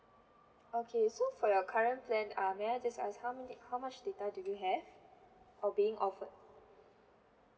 okay so for your current plan uh may I just ask how many how much data do you have or being offered